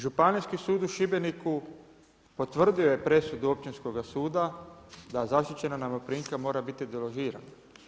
Županijski sud u Šibeniku potvrdio je presudu Općinskoga suda da zaštićena najmoprimka mora biti deložirana.